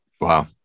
Wow